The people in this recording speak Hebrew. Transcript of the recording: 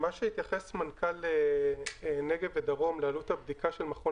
מה שהתייחס מנכ"ל נגב ודרום לעלות הבדיקה של מכון